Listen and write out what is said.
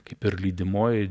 kaip ir lydimoji